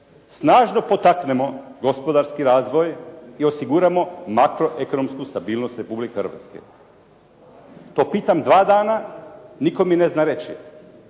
snažno potaknemo gospodarski razvoj i osiguramo makroekonomsku stabilnost Republike Hrvatske. To pitam dva dana, nitko mi ne zna reći.